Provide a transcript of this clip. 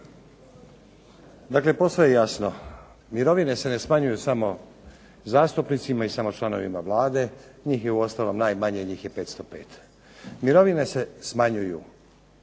Dakle posve je jasno, mirovine se ne smanjuju samo zastupnicima i samo članovima Vlade, njih je uostalom najmanje, njih je 505. Mirovine se smanjuju